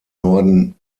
norden